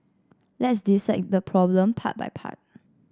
let's dissect the problem part by part